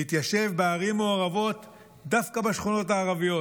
להתיישב בערים מעורבות דווקא בשכונות הערביות,